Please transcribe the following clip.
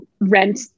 rent